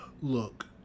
Look